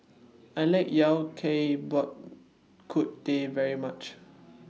I like Yao Cai Bak Kut Teh very much